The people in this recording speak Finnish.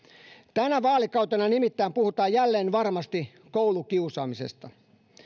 tänä vaalikautena nimittäin puhutaan jälleen varmasti koulukiusaamisesta